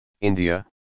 India